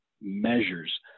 measures